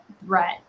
threat